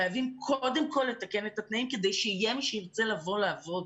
חייבים קודם כל לתקן את התנאים כדי שיהיה מי שירצה לבוא לעבוד.